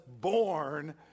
born